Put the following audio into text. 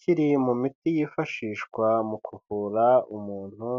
kiri mu miti yifashishwa mu kuvura umuntu